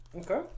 Okay